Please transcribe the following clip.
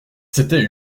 c’était